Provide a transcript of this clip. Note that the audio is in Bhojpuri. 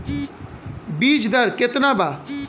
बीज दर केतना वा?